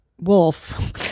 wolf